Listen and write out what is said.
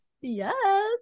yes